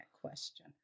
question